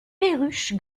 perruche